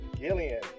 Gillian